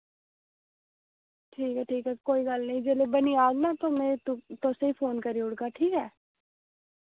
ठीक ऐ ठीक ऐ कोई गल्ल नेईं जेल्लै बनी जाग ना ते मैं तुसेंगी फोन करी ओड़गा ठीक ऐ